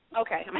Okay